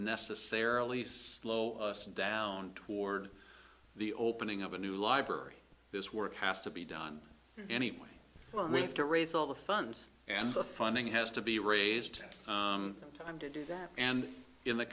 necessarily slow down toward the opening of a new library this work has to be done anyway we have to raise all the funds and the funding has to be raised from time to do that and in the